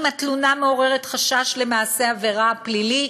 אם התלונה מעוררת חשש למעשה עבירה פלילי,